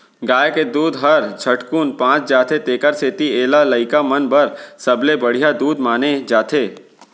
गाय के दूद हर झटकुन पच जाथे तेकर सेती एला लइका मन बर सबले बड़िहा दूद माने जाथे